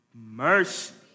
Mercy